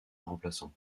remplaçant